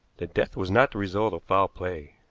that death was not the result of foul play.